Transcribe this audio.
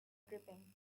dripping